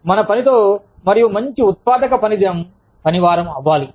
మన పనితో మరియు మంచి ఉత్పాదక పని దినం పని వారం అవ్వాలి